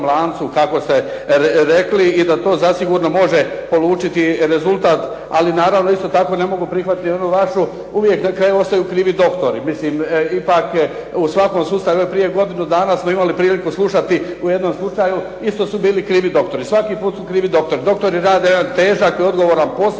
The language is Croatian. lancu kako ste rekli i da to zasigurno može polučiti rezultat, ali naravno isto tako ne mogu prihvatiti ni onu vašu uvijek na kraju ostaju krivi doktori. Mislim ipak u svakom sustavu, prije godinu dana smo imali priliku slušati u jednom slučaju isto su bili krivi doktori. Svaki put su krivi doktori. Doktori rade jedan težak i odgovoran posao